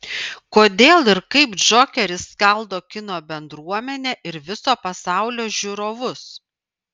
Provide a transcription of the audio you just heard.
kodėl ir kaip džokeris skaldo kino bendruomenę ir viso pasaulio žiūrovus